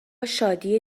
شادی